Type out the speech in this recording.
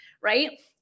Right